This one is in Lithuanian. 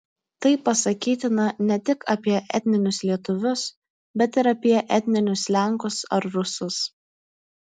tai pasakytina ne tik apie etninius lietuvius bet ir apie etninius lenkus ar rusus